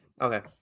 Okay